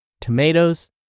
tomatoes